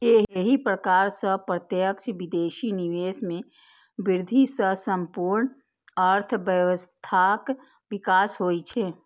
एहि प्रकार सं प्रत्यक्ष विदेशी निवेश मे वृद्धि सं संपूर्ण अर्थव्यवस्थाक विकास होइ छै